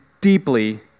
deeply